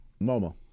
Momo